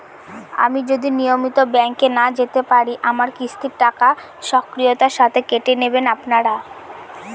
আমি যদি নিয়মিত ব্যংকে না যেতে পারি আমার কিস্তির টাকা স্বকীয়তার সাথে কেটে নেবেন আপনারা?